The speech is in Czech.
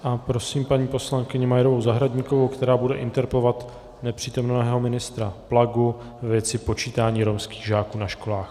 A prosím paní poslankyni Majerovou Zahradníkovou, která bude interpelovat nepřítomného ministra Plagu ve věci počítání romských žáků na školách.